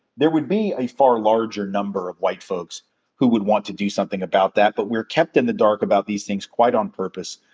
there would be a far larger number of white folks who would want to do something about that. but we're kept in the dark about these things quite on purpose.